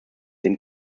den